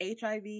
HIV